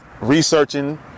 researching